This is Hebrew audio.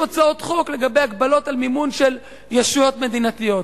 הצעות חוק לגבי הגבלות על מימון מישויות מדינתיות.